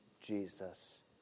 Jesus